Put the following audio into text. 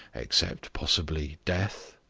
except, possibly death,